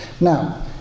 Now